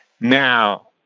Now